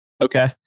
Okay